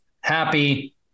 happy